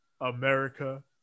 America